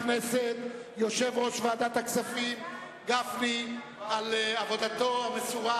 ליושב-ראש ועדת הכספים חבר הכנסת משה גפני על עבודתו המסורה,